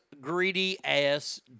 greedy-ass